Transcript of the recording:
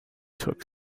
took